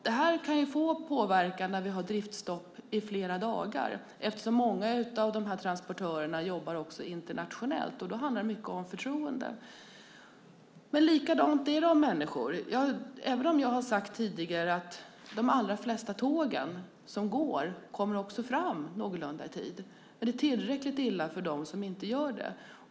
Det kan ge påverkan när vi har driftstopp i flera dagar, eftersom många av transportörerna arbetar även internationellt, och då handlar det mycket om förtroende. Det är likadant beträffande människor. Även om jag tidigare har sagt att de allra flesta tåg som går också kommer fram någorlunda i tid är det tillräckligt illa med de tåg som inte gör det.